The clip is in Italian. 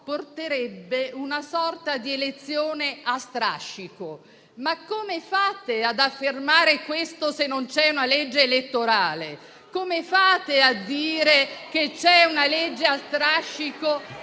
una sorta di elezione a strascico. Come fate ad affermare questo, se non c'è una legge elettorale? Come fate a dire che c'è una legge a strascico,